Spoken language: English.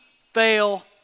fail